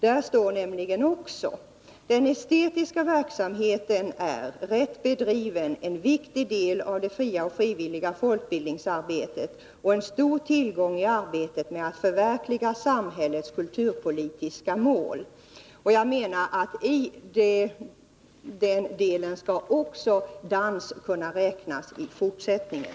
Där står nämligen också: ”Den estetiska verksamheten är — rätt bedriven — en viktig del av det fria och frivilliga folkbildningsarbetet och en stor tillgång i arbetet med att förverkliga samhällets kulturpolitiska mål.” Jag menar att i den delen skall också dans kunna räknas in i fortsättningen.